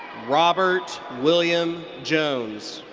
robert william jones.